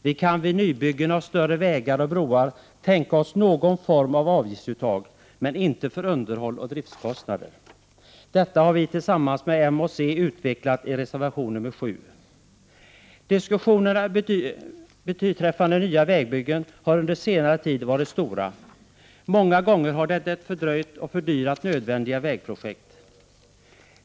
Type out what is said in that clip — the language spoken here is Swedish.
Vi kan vid nybyggen av större vägar och broar tänka oss någon form av avgiftsuttag. Detta skall inte ske för underhåll och driftskostnader. Detta har vi utvecklat tillsammans med moderaterna och centern i reservation nr 7. Diskussionerna om nya vägbyggen har under senare tid varit stora. Många gånger har detta fördröjt och fördyrat nödvändiga vägprojekt.